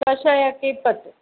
ಕಷಾಯಕ್ಕೆ ಇಪ್ಪತ್ತು